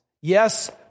Yes